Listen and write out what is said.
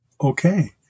Okay